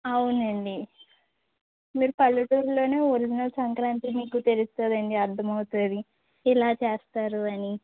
అవునండి మీరు పల్లెటూరులోనే ఒరిజినల్ సంక్రాంతి మీకు తెలుస్తుందండి అర్థం అవుతుంది ఇలా చేస్తారు అని